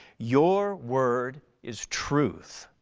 your word is truth